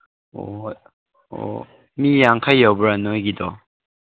ꯑꯣ ꯍꯣꯏ ꯑꯣ ꯃꯤ ꯌꯥꯡꯈꯩ ꯌꯧꯕ꯭ꯔꯥ ꯅꯣꯏꯒꯤꯗꯣ